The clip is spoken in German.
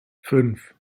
fünf